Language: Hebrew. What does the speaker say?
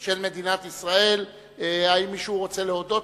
אני קובע שהצעת חוק מיסוי מקרקעין